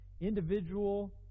Individual